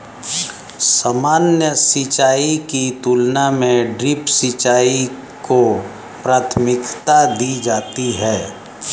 सामान्य सिंचाई की तुलना में ड्रिप सिंचाई को प्राथमिकता दी जाती है